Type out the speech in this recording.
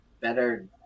better